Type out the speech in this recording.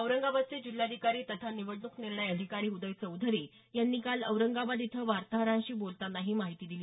औरंगाबादचे जिल्हाधिकारी तथा निवडणूक निर्णय अधिकारी उदय चौधरी यांनी काल औरंगाबाद इथं वार्ताहरांशी बोलताना ही माहिती दिली